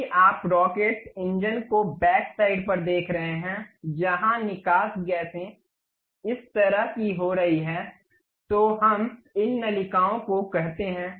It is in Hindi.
यदि आप रॉकेट इंजन को बैकसाइड पर देख रहे हैं जहाँ निकास गैसें इस तरह की हो रही हैं तो हम इन नलिकाओं को कहते हैं